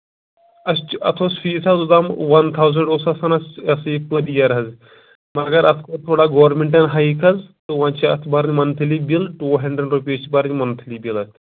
اَسہِ تہِ اَتھ اوس فیٖس حظ اوتام وَن تھاوزَنٛڈ اوس آسان یا سا یہِ پٔر یِیَر حظ مگر اَتھ کوٚر تھوڑا گورمٮ۪نٛٹَن ہایِک حظ تہٕ وۄنۍ چھِ اَتھ بَرٕنۍ monthly bill two hundred rupees چھِ بَرٕنۍ مَنتھلی بِل اَتھ